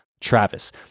Travis